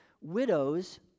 widows